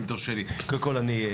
אם תרשה לי: קודם כל,